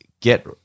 Get